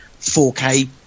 4K